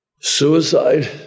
Suicide